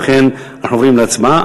ובכן, אנחנו עוברים להצבעה.